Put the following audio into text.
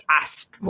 asked